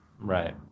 Right